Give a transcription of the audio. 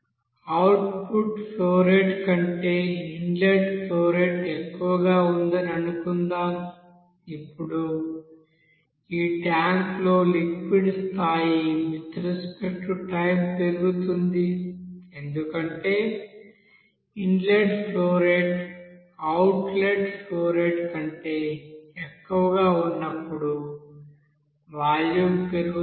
output flow rate కంటే inlet flow rate ఎక్కువగా ఉందని అనుకుందాం అప్పుడు ఆ ట్యాంక్లో లిక్విడ్ స్థాయి విత్ రెస్పెక్ట్ టు టైం పెరుగుతుంది ఎందుకంటే inlet flow rate outlet flow rate కంటే ఎక్కువగా ఉన్నప్పుడు వాల్యూమ్ పెరుగుతుంది